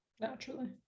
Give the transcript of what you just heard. Naturally